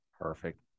Perfect